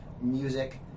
music